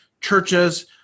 churches